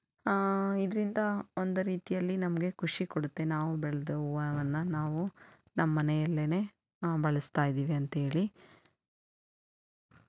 ಇದರಿಂದ ಒಂದು ರೀತಿಯಲ್ಲಿ ನಮಗೆ ಖುಷಿ ಕೊಡುತ್ತೆ ನಾವು ಬೆಳೆದ ಹೂವವನ್ನ ನಾವು ನಮ್ಮ ಮನೆಯಲ್ಲೇ ಬಳಸ್ತಾ ಇದ್ದೀವಿ ಅಂತೇಳಿ